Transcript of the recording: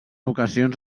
ocasions